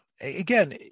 Again